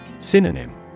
Synonym